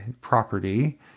property